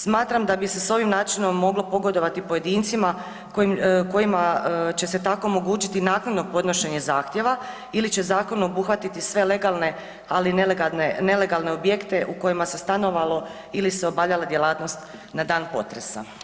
Smatram da bi se s ovim načinom moglo pogodovati pojedincima kojima će se tako omogućiti naknadno podnošenje zahtjeva ili će zakon obuhvatiti sve legalne, ali i nelegalne objekte u kojima se stanovalo ili se obavljala djelatnost na dan potresa.